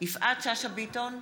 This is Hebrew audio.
יפעת שאשא ביטון,